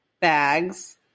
bags